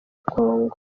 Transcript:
kongo